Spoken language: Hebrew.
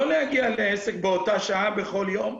לא להגיע לעסק באותה שעה בכל יום.